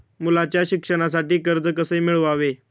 मुलाच्या शिक्षणासाठी कर्ज कसे मिळवावे?